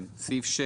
סעיף 6